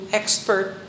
expert